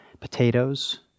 potatoes